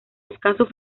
escasos